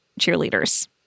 cheerleaders